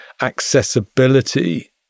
accessibility